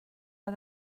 war